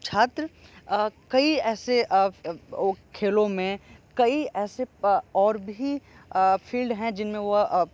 छात्र कई ऐसे खेलों में कई ऐसे और भी फ़ील्ड हैं जिनमें वो